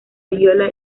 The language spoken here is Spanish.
viola